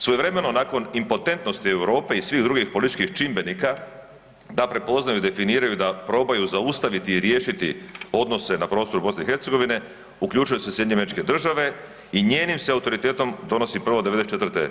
Svojevremeno nakon impotentnosti Europe i svih drugih političkih čimbenika da prepoznaju i definiraju da probaju zaustaviti i riješiti odnose na prostoru BiH uključuju se SAD i njenim se autoritetom donosi prvo '94.